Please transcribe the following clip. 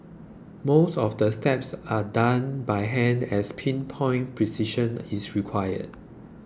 most of the steps are done by hand as pin point precision is required